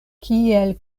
kiel